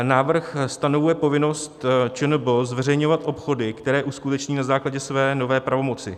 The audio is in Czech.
Návrh stanovuje povinnost ČNB zveřejňovat obchody, které uskuteční na základě své nové pravomoci.